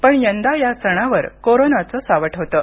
पण यंदा या सणावर कोरोनाच सावट होतं